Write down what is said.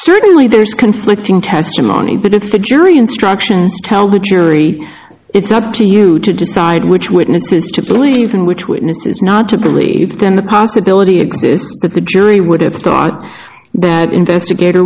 certainly there's conflicting testimony but if the jury instructions tell the jury it's up to you to decide which witnesses to believe in which witnesses not to believe then the possibility exists that the jury would have thought that investigator